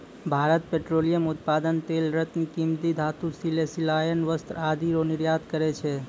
Bharat petroleum उत्पाद तेल रत्न कीमती धातु सिले सिलायल वस्त्र आदि रो निर्यात करै छै